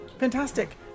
Fantastic